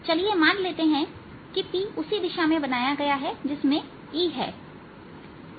चलिए मान लेते हैं कि p उसी दिशा में बनाया गया जिसमें E है